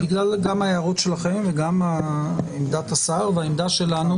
בגלל גם ההערות שלכם וגם בגלל עמדת השר והעמדה שלנו,